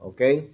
Okay